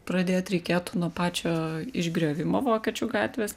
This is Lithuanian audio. pradėt reikėtų nuo pačio išgriovimo vokiečių gatvės